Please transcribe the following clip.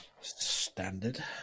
Standard